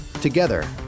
Together